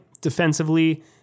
defensively